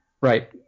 right